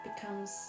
becomes